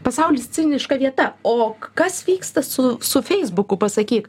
pasaulis ciniška vieta o kas vyksta su su feisbuku pasakyk